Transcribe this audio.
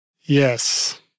Yes